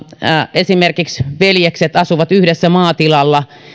esimerkiksi veljekset asuvat yhdessä maatilalla